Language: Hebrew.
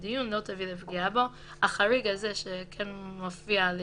מצא בית משפט כי מדובר במקרה חריג שבו קיימים